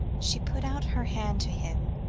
she put out her hand to him,